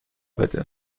بده